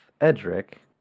Edric